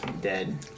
Dead